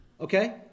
Okay